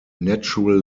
natural